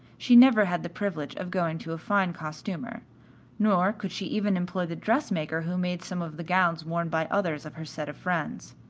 she never had the privilege of going to a fine costumer nor could she even employ the dressmaker who made some of the gowns worn by others of her set of friends.